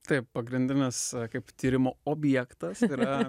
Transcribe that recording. taip pagrindinis kaip tyrimo objektas yra